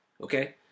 Okay